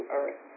earth